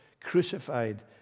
crucified